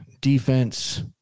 defense